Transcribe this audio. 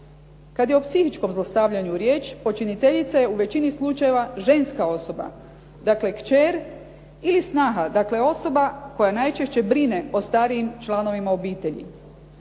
Kada je o psihičkom zlostavljanju riječ, počiniteljica je u većini slučajeva ženska osoba, dakle kćer ili snaha, dakle, osoba koja najčešće brine o starijim članovima obitelji.